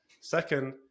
second